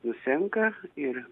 nusenka ir